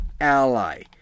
ally